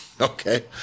Okay